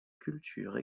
culture